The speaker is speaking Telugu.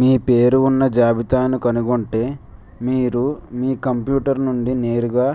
మీ పేరు ఉన్న జాబితాను కనుగొంటే మీరు మీ కంప్యూటర్ నుండి నేరుగా